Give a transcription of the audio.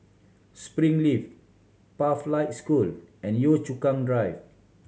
Springleaf Pathlight School and Yio Chu Kang Drive